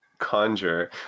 conjure